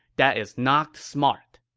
that is not smart!